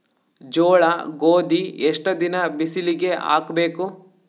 ಜೋಳ ಗೋಧಿ ಎಷ್ಟ ದಿನ ಬಿಸಿಲಿಗೆ ಹಾಕ್ಬೇಕು?